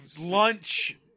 lunch